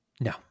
No